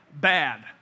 Bad